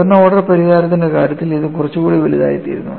ഉയർന്ന ഓർഡർ പരിഹാരത്തിന്റെ കാര്യത്തിൽ ഇത് കുറച്ചുകൂടി വലുതായിത്തീരുന്നു